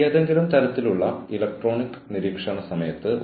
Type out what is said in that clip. കൂടാതെ ഞാൻ ഈ പുസ്തകങ്ങൾ പരാമർശിച്ചിട്ടുണ്ട്